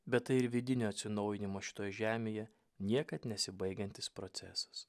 bet tai ir vidinio atsinaujinimo šitoj žemėje niekad nesibaigiantis procesas